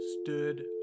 stood